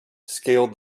scaled